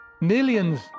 millions